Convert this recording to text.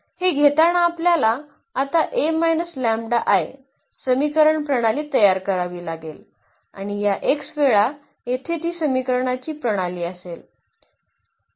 हे घेताना आपल्याला आता समीकरण प्रणाली तयार करावी लागेल आणि या x वेळा येथे ती समीकरणाची प्रणाली असेल